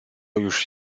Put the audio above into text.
już